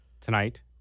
tonight